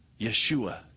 Yeshua